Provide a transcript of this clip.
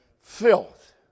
filth